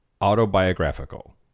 autobiographical